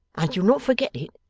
and you'll not forget it.